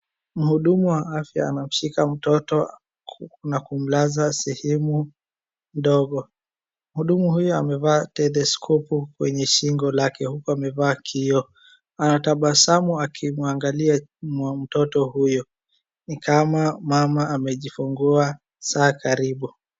Mhudumu wa afya anamshika mtoto na kumlaza sehemu ndogo. Mhudumu huyu amevaa teleskopu kwenye shingo lake huku amevaa kioo. Anatabasamu akimwangalia mtoto huyo, ni kama mama amejifungua saa karibu.